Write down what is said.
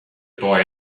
boy